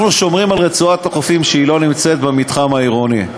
אנחנו שומרים על רצועת החופים שלא נמצאת במתחם העירוני,